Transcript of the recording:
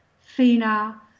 FINA